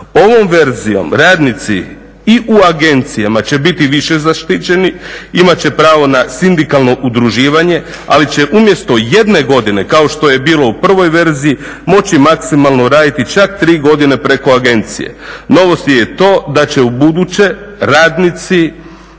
Ovom verzijom radnici i u agencijama će biti više zaštićeni. Imat će pravo na sindikalno udruživanje, ali će umjesto jedne godine kao što je bilo u prvoj verziji moći maksimalno raditi čak 3 godine preko agencije. Novost je i to da će u buduće radnici